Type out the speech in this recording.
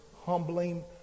humbling